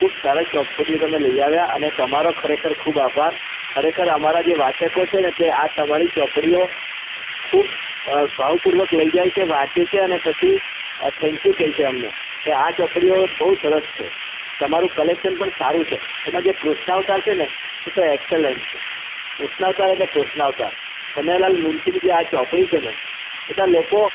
ખૂબ સારા ચોપડીઓ તમે લઈ આવ્યાં અને તમારો ખરેખર ખૂબ આભાર ખરેખર અમારા જે વાચકો છે ને તે આ તમારી ચોપડીઓ ખૂબ ભાવપૂર્વક લઈ જાય છે વાંચે છે અને પછી થેન્ક યુ કહે છે અમને કે આ ચોપડીઓ બહુ સરસ છે તમારું કલેક્શન પણ સારું છે તેમાં જે કૃષ્ણાવતાર છે ને તે તો એક્સલન્ટ છે કૃષ્ણાવતાર એટલે કૃષ્ણાવતાર કનૈયાલાલ મુન્શીની જે આ ચોપડી છે ને બધા લોકો